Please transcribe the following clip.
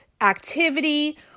activity